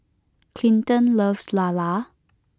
Clinton loves Lala